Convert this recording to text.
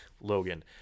Logan